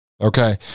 Okay